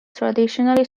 traditionally